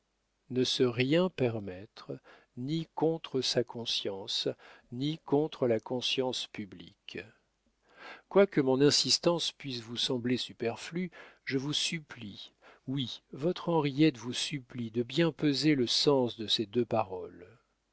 ne se rien permettre ni contre sa conscience ni contre la conscience publique quoique mon insistance puisse vous sembler superflue je vous supplie oui votre henriette vous supplie de bien peser le sens de ces deux paroles